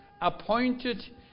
appointed